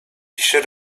should